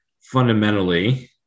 fundamentally